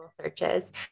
searches